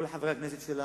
כל חברי הכנסת שלה,